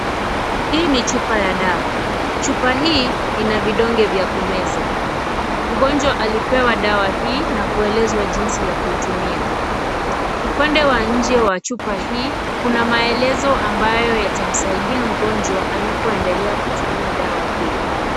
Hii ni chupa ya dawa, chupa hii Ina vidonge vya kumeza, mgonjwa alipewa dawa hii na kuelezwa jinsi ya kuitumia. Upande wa nje wa chupa hii kuna maelezo ambayo yatamsaidia mgonjwa anapoendelea dawa hii.